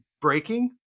breaking